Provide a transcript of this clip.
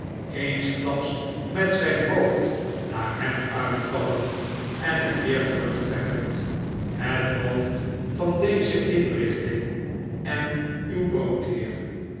eensklaps met zijn hoofd naar hem uitvallend en het weer terugtrekkend het hoofd van deze inrichting en uw broodheer